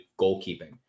goalkeeping